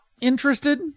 interested